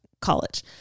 college